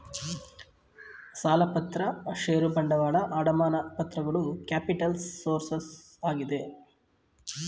ಸಾಲಪತ್ರ ಷೇರು ಬಂಡವಾಳ, ಅಡಮಾನ ಪತ್ರಗಳು ಕ್ಯಾಪಿಟಲ್ಸ್ ಸೋರ್ಸಸ್ ಆಗಿದೆ